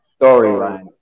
storyline